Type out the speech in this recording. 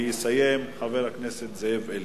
ויסיים חבר הכנסת זאב אלקין.